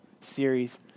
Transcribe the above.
series